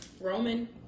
Roman